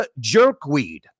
jerkweed